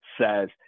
says